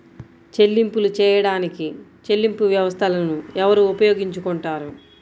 చెల్లింపులు చేయడానికి చెల్లింపు వ్యవస్థలను ఎవరు ఉపయోగించుకొంటారు?